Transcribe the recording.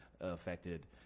affected